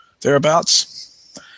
Thereabouts